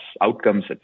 outcomes